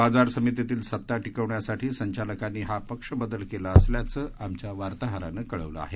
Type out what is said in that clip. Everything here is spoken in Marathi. बाजार समितीतील सत्ता टिकवण्यासाठी संचालकांनी हा पक्ष बदल केला असल्याचं आमच्या वार्ताहरानं कळवलं आहे